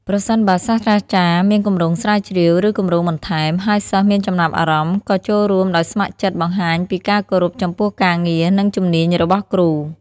ប្រសិនបើសាស្រ្តាចារ្យមានគម្រោងស្រាវជ្រាវ ឬគម្រោងបន្ថែម ហើយសិស្សមានចំណាប់អារម្មណ៍ ការចូលរួមដោយស្ម័គ្រចិត្តបង្ហាញពីការគោរពចំពោះការងារ និងជំនាញរបស់គ្រូ។